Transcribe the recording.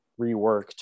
reworked